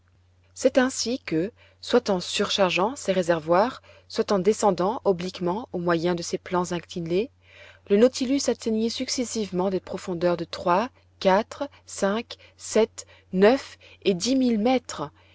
c'est ainsi que soit en surchargeant ses réservoirs soit en descendant obliquement au moyen de ses plans inclinés le nautilus atteignit successivement des profondeurs de trois quatre cinq sept neuf et dix mille mètres